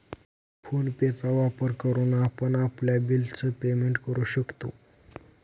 phone पे चा वापर करून आपण आपल्या बिल च पेमेंट करू शकतो